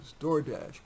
doordash